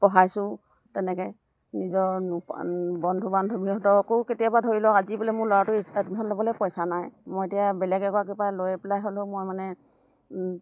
পঢ়াইছোঁ তেনেকে নিজৰ বন্ধু বান্ধৱীহঁতকো কেতিয়াবা ধৰি লওক আজি বোলে মোৰ ল'ৰাটো ল'বলে পইচা নাই মই এতিয়া বেলেগ এগৰাকীৰ পৰা লৈ পেলাও হ'লেও মই মানে